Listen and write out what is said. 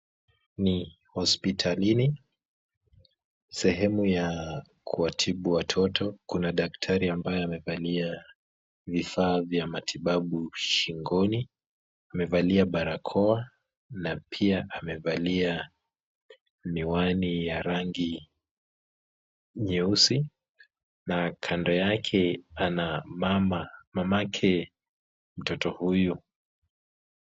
Ni hospitalini, sehemu ya kuwatibu watoto, kuna daktari ambaye amevalia vifaa vya matibabu shingoni, amevalia barakoa na pia amevalia miwani ya rangi nyeusi, na kando yake ana mama, mamake mtoto huyu.